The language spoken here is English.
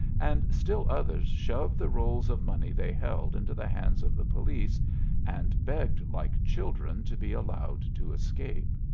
and still others shoved the rolls of money they held into the hands of the police and begged like children to be allowed to escape.